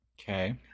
Okay